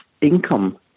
income